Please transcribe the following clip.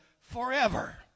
forever